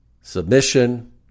Submission